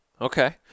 Okay